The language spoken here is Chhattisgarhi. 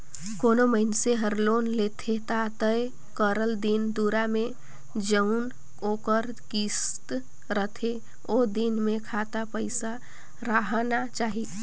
कोनो मइनसे हर लोन लेथे ता तय करल दिन दुरा में जउन ओकर किस्त रहथे ओ दिन में खाता पइसा राहना चाही